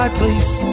please